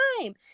time